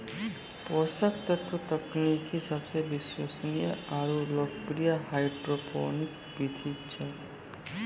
पोषक तत्व तकनीक सबसे विश्वसनीय आरु लोकप्रिय हाइड्रोपोनिक विधि छै